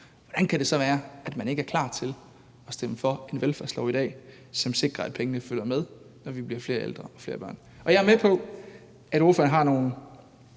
hvordan kan det så være, at man ikke er klar til at stemme for en velfærdslov i dag, som sikrer, at pengene følger med, når der kommer flere ældre og flere børn? Jeg er med på, at ordføreren har nogle